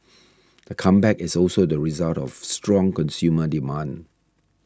the comeback is also the result of strong consumer demand